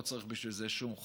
לא צריך בשביל זה שום חוק,